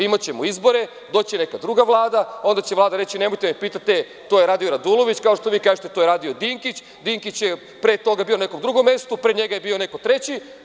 Imaćemo izbore, doći će neka druga Vlada, onda će Vlada da kaže nemojte da pitate to je radio Radulović, kao što vi kažete to je radio Dinkić, a Dinkić je pre toga bio na nekom drugom mestu, a pre njega je bio neko treći.